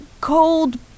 Cold